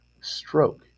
stroke